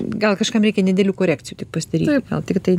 gal kažkam reikia nedidelių korekcijų tik pasidaryt gal tiktai